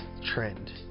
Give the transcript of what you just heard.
trend